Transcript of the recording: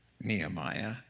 Nehemiah